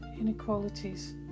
inequalities